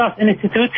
Institute